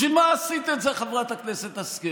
בשביל מה עשית את זה, חברת הכנסת השכל?